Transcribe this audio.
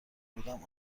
بودم